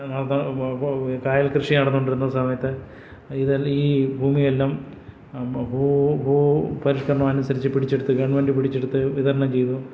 നടന്ന കയർ കൃഷി നടന്നുകൊണ്ടിരുന്ന സമയത്ത് ഇതെല്ലാം ഈ ഭൂമിയെല്ലാം ഭൂപരിഷ്കരണം അനുസരിച്ച് പിടിച്ചെടുത്തു ഗവൺമെൻറ്റ് പിടിച്ചെടുത്ത് വിതരണം ചെയ്തു